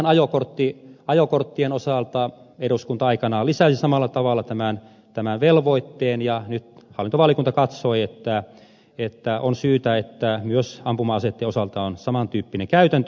meillähän ajokorttien osalta eduskunta aikanaan lisäsi samalla tavalla tämän velvoitteen ja nyt hallintovaliokunta katsoi että on syytä että myös ampuma aseitten osalta on saman tyyppinen käytäntö